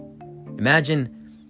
Imagine